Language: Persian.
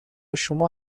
شما